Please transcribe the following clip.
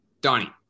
Donnie